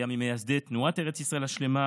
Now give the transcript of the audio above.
היה ממייסדי תנועת ארץ ישראל השלמה,